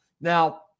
Now